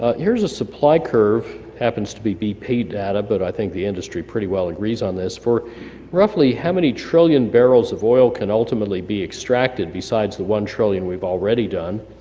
ah here's a supply curve happens to be bp data, but i think the industry pretty well agrees on this, for roughly how many trillion barrels of oil can ultimately be extracted besides the one trillion we've already done,